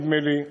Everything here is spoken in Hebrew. נדמה לי,